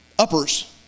uppers